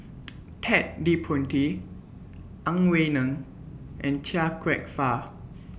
Ted De Ponti Ang Wei Neng and Chia Kwek Fah